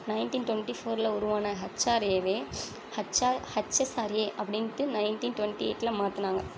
nineteen twenty ஃபோர்ல உருவான ஹெச்ஆர்ஏவே ஹெச்ஆர்ஹெச்எஸ்ஆர்ஏ அப்படின்ட்டு நைன்ட்டீன் டொண்ட்டி எயிட்ல மாத்துனாங்கள்